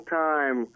time